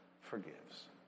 forgives